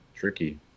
Tricky